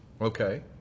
Okay